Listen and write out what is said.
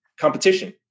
competition